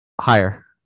Higher